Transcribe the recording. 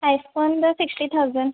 ಐಫೋನ್ದು sixty thousand